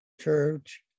church